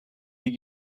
die